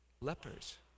lepers